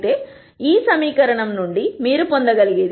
అయితే ఈ సమీకరణం నుండి మీరు పొందగలిగేది b1 2b2